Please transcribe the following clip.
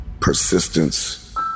Persistence